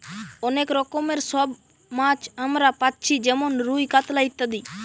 অনেক রকমের সব মাছ আমরা পাচ্ছি যেমন রুই, কাতলা ইত্যাদি